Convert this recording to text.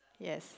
yes